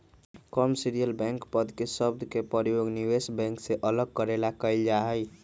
commercial bank पद के शब्द के प्रयोग निवेश बैंक से अलग करे ला कइल जा हई